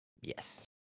Yes